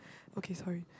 okay sorry